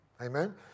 Amen